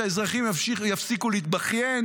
שהאזרחים יפסיקו להתבכיין.